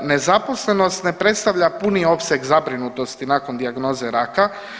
Nezaposlenost ne predstavlja puni opseg zabrinutosti nakon dijagnoze raka.